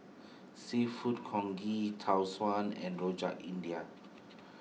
Seafood Congee Tau Suan and Rojak India